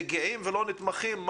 מגיעים ולא נתמכים?